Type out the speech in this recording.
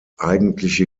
eigentliche